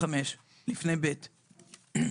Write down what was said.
של 5(א).